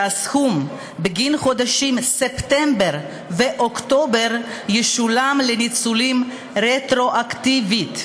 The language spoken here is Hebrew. שהסכום בגין החודשים ספטמבר ואוקטובר ישולם לניצולים רטרואקטיבית.